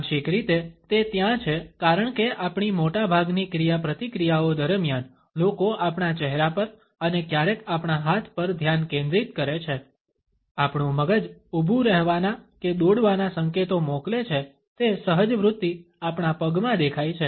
આંશિક રીતે તે ત્યાં છે કારણ કે આપણી મોટાભાગની ક્રિયાપ્રતિક્રિયાઓ દરમિયાન લોકો આપણા ચહેરા પર અને ક્યારેક આપણા હાથ પર ધ્યાન કેન્દ્રિત કરે છે આપણું મગજ ઉભું રહેવાના કે દોડવાના સંકેતો મોકલે છે તે સહજવૃત્તિ આપણા પગમાં દેખાય છે